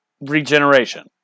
regeneration